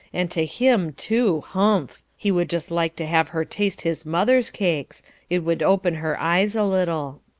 and to him, too, humph! he would just like to have her taste his mother's cakes it would open her eyes a little.